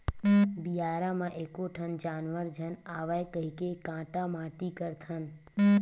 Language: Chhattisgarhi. बियारा म एको ठन जानवर झन आवय कहिके काटा माटी करथन